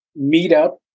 meetup